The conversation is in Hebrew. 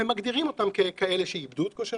מגדירים אותם ככאלה שאיבדו את כושר